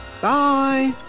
Bye